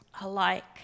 alike